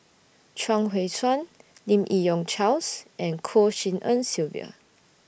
Chuang Hui Tsuan Lim Yi Yong Charles and Goh Tshin En Sylvia